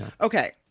okay